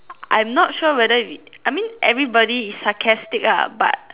I'm not sure whether we I mean everybody is sarcastic lah but